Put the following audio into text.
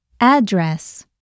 Address